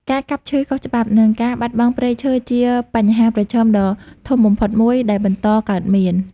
ការកាប់ឈើខុសច្បាប់ និងការបាត់បង់ព្រៃឈើជាបញ្ហាប្រឈមដ៏ធំបំផុតមួយ ដែលបន្តកើតមាន។